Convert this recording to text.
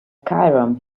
cairum